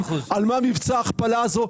על מה מבצע ההכפלה הזה?